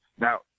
Now